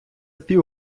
пів